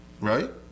Right